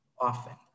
often